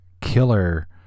killer